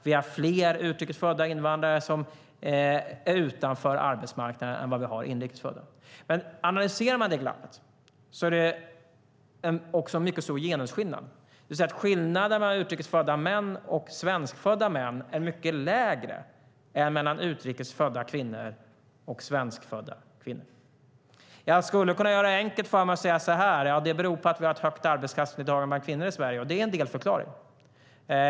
Det är fler utrikes födda än inrikes födda som står utanför arbetsmarknaden. Analyserar man detta glapp är det också en stor genusskillnad. Skillnaden mellan utrikes födda män och svenskfödda män är mycket mindre än mellan utrikes födda kvinnor och svenskfödda kvinnor. Jag skulle kunna göra det enkelt för mig och säga att det beror på att vi har ett högt arbetskraftsdeltagande bland kvinnor i Sverige, och det är en delförklaring.